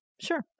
Sure